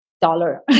Dollar